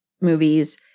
movies